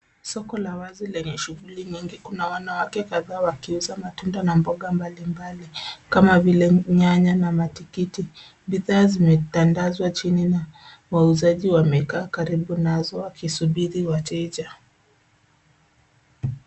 Soko la wazi lenye shughuli nyingi, kuna wanawake kadhaa wakiuza matunda na mboga mbalimbali kama vile nyanya na matikiti. Bidhaa zimetandazwa chini na wauzaji wamekaa karibu nazo wakisubiri wateja.